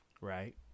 Right